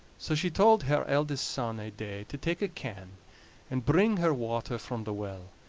so she told her eldest son ae day to take a can and bring her water from the well,